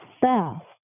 fast